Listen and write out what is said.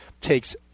takes